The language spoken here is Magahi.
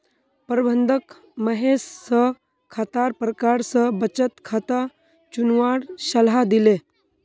प्रबंधक महेश स खातार प्रकार स बचत खाता चुनवार सलाह दिले